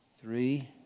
Three